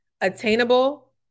attainable